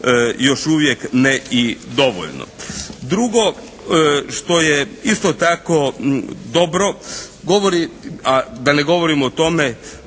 još uvijek ne i dovoljno. Drugo što je isto tako dobro govori, a da ne govorim o tome